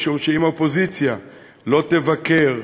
משום שאם האופוזיציה לא תבקר,